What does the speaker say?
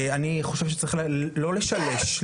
אני חושב שצריך לא לשלש,